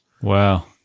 Wow